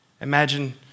Imagine